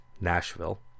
Nashville